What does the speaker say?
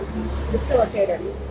facilitator